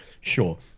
sure